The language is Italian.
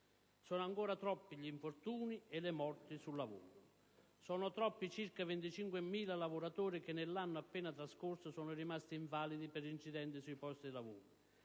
Sono ancora troppi gli infortuni e le morti sul lavoro. Sono troppi i circa 25.000 lavoratori che nell'anno appena trascorso sono rimasti invalidi per incidenti sui posti di lavoro;